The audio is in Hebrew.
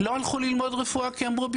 לא הלכו ללמוד רפואה כי אמרו,